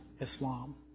Islam